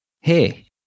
Hey